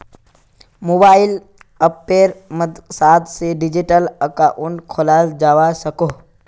mobile अप्पेर मद्साद से डिजिटल अकाउंट खोलाल जावा सकोह